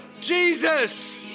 Jesus